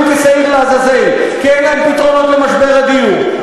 כשעיר לעזאזל כי אין להם פתרונות למשבר הדיור,